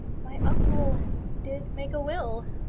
my uncle did make a will,